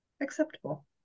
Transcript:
acceptable